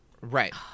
Right